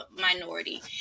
minority